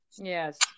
yes